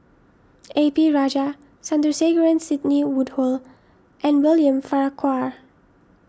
A P Rajah Sandrasegaran Sidney Woodhull and William Farquhar